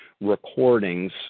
recordings